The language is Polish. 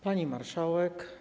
Pani Marszałek!